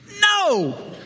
No